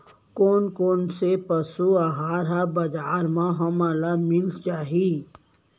कोन कोन से पसु आहार ह बजार म हमन ल मिलिस जाही?